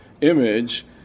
image